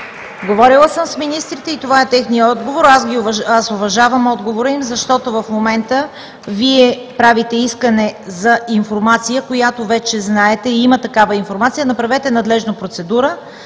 Говорила съм с министрите и това е техният отговор. Аз уважавам отговора им, защото в момента Вие правите искане за информация, която вече знаете, и има такава информация. Направете надлежна процедура